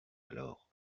alors